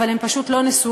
אבל הן פשוט לא נשואות?